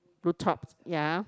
blue tops ya